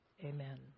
Amen